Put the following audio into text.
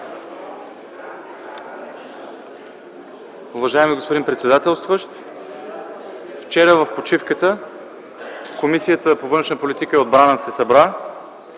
Уважаеми господин председател, вчера в почивката Комисията по външна политика и отбрана се събра